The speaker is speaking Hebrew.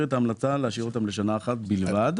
את ההמלצה להשאיר אותם לשנה אחת בלבד.